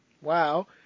wow